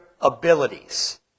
abilities